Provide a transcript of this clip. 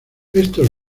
estos